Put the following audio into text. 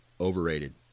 Overrated